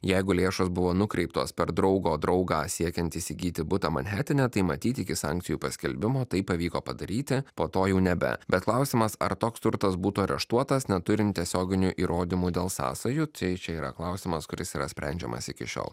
jeigu lėšos buvo nukreiptos per draugo draugą siekiant įsigyti butą manhetene tai matyt iki sankcijų paskelbimo tai pavyko padaryti po to jau nebe bet klausimas ar toks turtas būtų areštuotas neturint tiesioginių įrodymų dėl sąsajų tai čia yra klausimas kuris yra sprendžiamas iki šiol